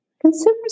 Consumers